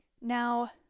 Now